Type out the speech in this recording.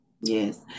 Yes